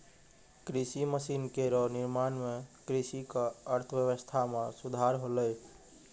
कृषि मसीन केरो निर्माण सें कृषि क अर्थव्यवस्था म सुधार होलै